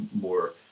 more